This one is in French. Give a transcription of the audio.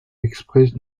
exprès